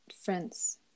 friends